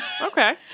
Okay